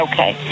Okay